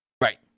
Right